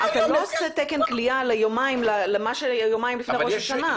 אתה לא עושה תקן כליאה ליומיים לפני ראש השנה,